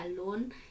alone